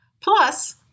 Plus